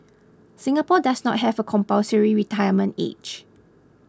Singapore does not have a compulsory retirement age